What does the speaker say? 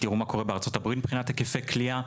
תראו מה קורה בארצות הברית מבחינת היקפי כליאה,